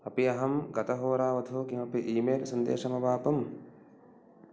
अपि अहं गतहोरावधौ कमपि ईमेल् सन्देशमवापम्